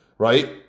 right